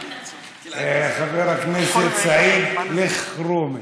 אני מזמין את חבר הכנסת סעיד אלחרומי,